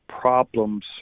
problems